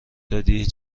دادی